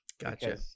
Gotcha